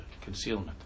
concealment